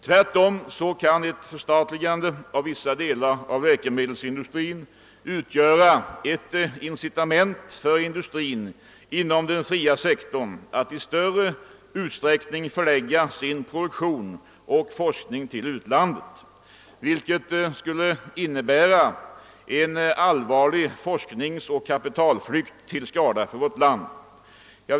Tvärtom kan ett förstatligande av vissa delar av läkemedelsindustrin utgöra ett incitament för industrin inom den fria sektorn att i större utsträckning förlägga sin produktion och forskning till utlandet, vilket skulle innebära en allvarlig forskningsoch kapitalflykt, till skada för vårt land.